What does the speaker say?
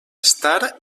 estar